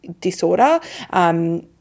disorder